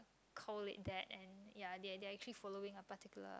call it that and ya they they actually following the particular